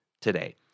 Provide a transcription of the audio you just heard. today